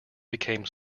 became